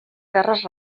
terres